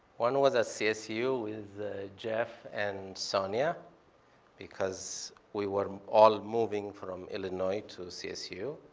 one was at csu with jeff and sonya because we were all moving from illinois to csu,